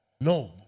No